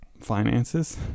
finances